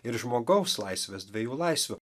ir žmogaus laisvės dviejų laisvių